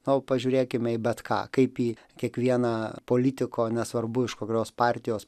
na o pažiūrėkime į bet ką kaip į kiekvieną politiko nesvarbu iš kurios partijos